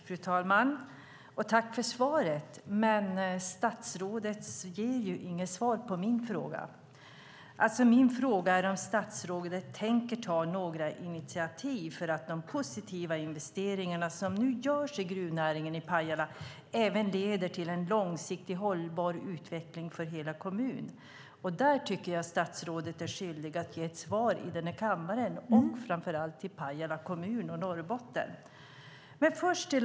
Fru talman! Tack, statsrådet, för svaret, men jag får inget svar på min fråga! Den är om ministern tänker ta några initiativ för att de positiva investeringarna som nu görs i gruvnäringen i Pajala även leder till en långsiktigt hållbar utveckling för hela kommunen. Där tycker jag att statsrådet är skyldig att ge ett svar i den här kammaren och framför allt till Pajala kommun och till Norrbotten.